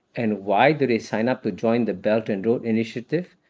and why do they sign up to join the belt and road initiative?